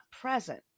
present